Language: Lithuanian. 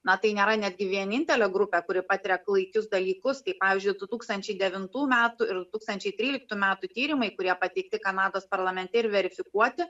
na tai nėra netgi vienintelė grupė kuri patiria klaikius dalykus kaip pavyzdžiui du tūkstančiai devintų metų ir du tūkstančiai tryliktų metų tyrimai kurie pateikti kanados parlamente ir verifikuoti